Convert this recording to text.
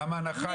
אבל למה הנחה?